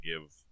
give